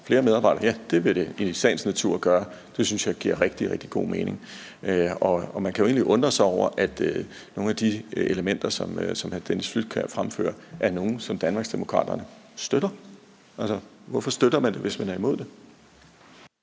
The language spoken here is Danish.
flere medarbejdere? Ja, det vil det i sagens natur gøre. Det synes jeg giver rigtig, rigtig god mening. Man kan jo egentlig undre sig over, at nogle af de elementer, som hr. Dennis Flydtkjær fremhæver, er nogle, som Danmarksdemokraterne støtter. Altså, hvorfor støtter man det, hvis man er imod det?